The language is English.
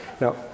Now